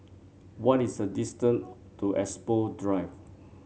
what is the distance to Expo Drive